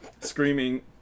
screaming